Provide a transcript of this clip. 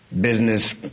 Business